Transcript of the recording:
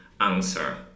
answer